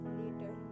later